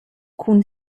cun